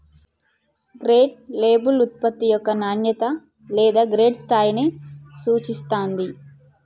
grade label ఉత్పత్తి యొక్క నాణ్యత లేదా గ్రేడ్ స్థాయిని సూచిత్తాంది